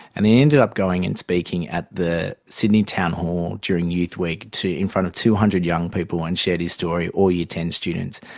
and he ended up going and speaking at the sydney town hall during youth week in front of two hundred young people and shared his story, all year ten students.